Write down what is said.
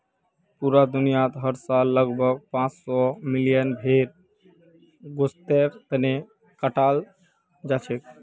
पूरा दुनियात हर साल लगभग पांच सौ मिलियन भेड़ गोस्तेर तने कटाल जाछेक